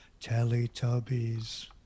Teletubbies